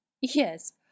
Yes